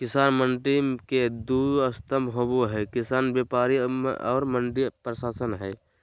किसान मंडी के दू स्तम्भ होबे हइ किसान व्यापारी और मंडी प्रशासन हइ